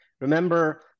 Remember